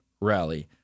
rally